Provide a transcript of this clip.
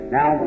Now